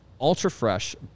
ultra-fresh